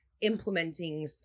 implementing